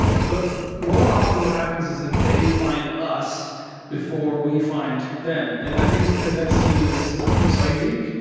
but more often what happens is that they find us before we find them. and i think it's because x team is so unique,